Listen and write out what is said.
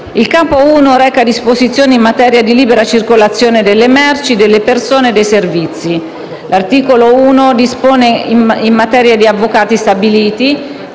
Il Capo I reca disposizioni in materia di libera circolazione delle merci, delle persone e dei servizi. L'articolo 1 dispone in materia di avvocati stabiliti